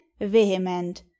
vehement